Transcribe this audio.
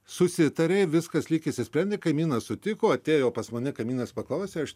susitarė viskas lyg išsisprendė kaimynas sutiko atėjo pas mane kaimynas paklausė aš